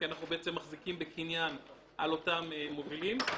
כי אנחנו מחזיקים בקניין על אותם מובילים.